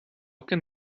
can